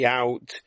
out